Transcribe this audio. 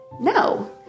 no